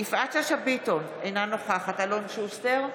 יפעת שאשא ביטון, אינה נוכחת אלון שוסטר,